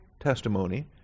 testimony